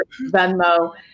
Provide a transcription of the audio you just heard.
Venmo